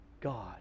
God